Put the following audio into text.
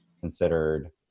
considered